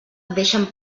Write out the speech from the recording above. deixen